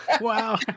Wow